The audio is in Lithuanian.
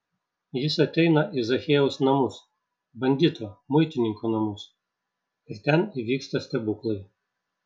jis ateina į zachiejaus namus bandito muitininko namus ir ten įvyksta stebuklai